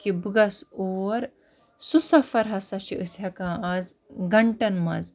کہِ بہٕ گژھٕ اور سُہ سفر ہَسا چھِ أسۍ ہٮ۪کان آز گَنٛٹَن مَنٛز